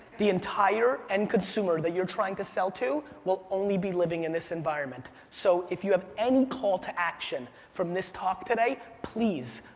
the entire end consumer that you're trying to sell to will only be living in this environment. so if you have any call to action from this talk today, please,